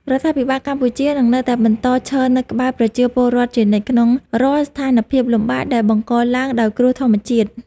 រដ្ឋាភិបាលកម្ពុជានឹងនៅតែបន្តឈរនៅក្បែរប្រជាពលរដ្ឋជានិច្ចក្នុងរាល់ស្ថានភាពលំបាកដែលបង្កឡើងដោយគ្រោះធម្មជាតិ។